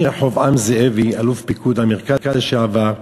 אני רחבעם זאבי, אלוף פיקוד המרכז לשעבר,